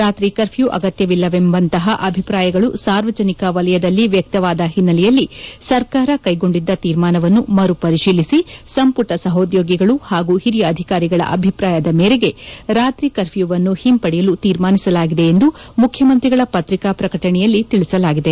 ರಾತ್ರಿ ಕರ್ಫ್ಲೂ ಅಗತ್ಯವಿಲ್ಲವೆಂಬಂತಹ ಅಭಿಪ್ರಾಯಗಳು ಸಾರ್ವಜನಿಕ ವಲಯದಲ್ಲಿ ವ್ಯಕ್ತವಾದ ಹಿನ್ನೆಲೆಯಲ್ಲಿ ಸರ್ಕಾರ ಕೈಗೊಂಡಿದ್ದ ತೀರ್ಮಾನವನ್ನು ಮರುಪರಿತೀಲಿಸಿ ಸಂಪುಟ ಸಹೋದ್ಲೋಗಿಗಳು ಹಾಗೂ ಹಿರಿಯ ಅಧಿಕಾರಿಗಳ ಅಭಿಪ್ರಾಯದ ಮೇರೆಗೆ ರಾತ್ರಿ ಕರ್ಫ್ಯೂವನ್ನು ಹಿಂಪಡೆಯಲು ತೀರ್ಮಾನಿಸಲಾಗಿದೆ ಎಂದು ಮುಖ್ಚಮಂತ್ರಿಗಳ ಪತ್ರಿಕಾ ಪ್ರಕಟಣೆಯಲ್ಲಿ ತಿಳಿಸಲಾಗಿದೆ